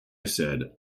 said